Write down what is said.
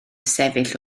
sefyll